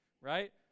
Right